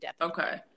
Okay